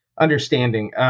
understanding